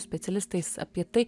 specialistais apie tai